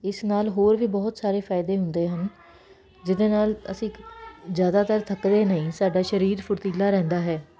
ਇਸ ਨਾਲ ਹੋਰ ਵੀ ਬਹੁਤ ਸਾਰੇ ਫਾਇਦੇ ਹੁੰਦੇ ਹਨ ਜਿਹਦੇ ਨਾਲ ਅਸੀਂ ਜ਼ਿਆਦਾਤਰ ਥਕਦੇ ਨਹੀਂ ਸਾਡਾ ਸਰੀਰ ਫੁਰਤੀਲਾ ਰਹਿੰਦਾ ਹੈ